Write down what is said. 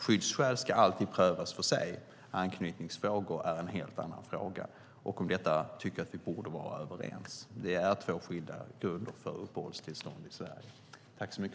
Skyddsskäl ska alltid prövas för sig. Anknytningsfrågor är en helt annan fråga. Om detta tycker jag att vi borde vara överens. Det är två skilda grunder för uppehållstillstånd i Sverige.